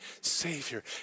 Savior